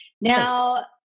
Now